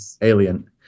Alien